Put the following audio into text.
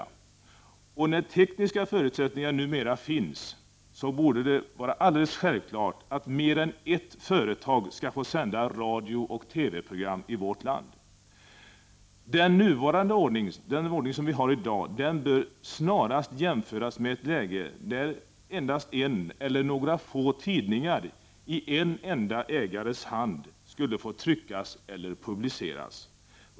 Eftersom det numera finns tekniska förutsättningar här, borde det vara alldeles självklart att mer än ett företag skall få sända radiooch TV-program i vårt land. Den ordning som vi har i dag bör snarast jämföras med ett läge där endast en eller några få tidningar i en enda ägares händer skulle få tryckas och publiceras.